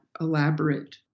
elaborate